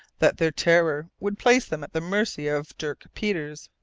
that their terror would place them at the mercy of dirk peters.